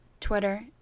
Twitter